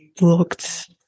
looked